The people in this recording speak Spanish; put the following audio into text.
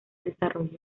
desarrollo